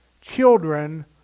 children